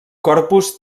corpus